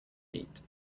eat